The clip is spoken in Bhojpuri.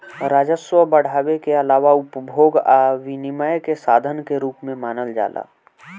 राजस्व बढ़ावे के आलावा उपभोग आ विनियम के साधन के रूप में मानल जाला